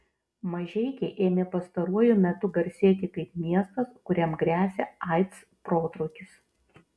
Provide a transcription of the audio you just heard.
mažeikiai ėmė pastaruoju metu garsėti kaip miestas kuriam gresia aids protrūkis